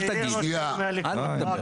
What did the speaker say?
אז יהיה ראש עיר מהליכוד --- שנייה.